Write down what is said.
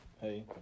Hey